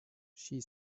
she